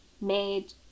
made